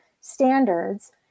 standards